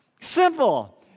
simple